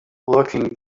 looking